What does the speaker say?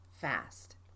fast